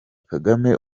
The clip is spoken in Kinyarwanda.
kagame